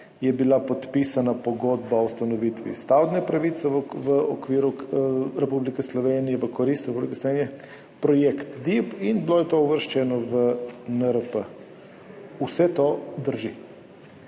je bila podpisana pogodba o ustanovitvi stavbne pravice v korist Republike Slovenije, projekt DIIP in bilo je to uvrščeno v NRP. Vse to drži.